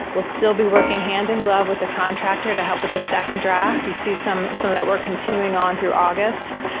we'll still be working hand in glove with the contractor to help with the second draft. you see some some of that work continuing on through august.